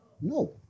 No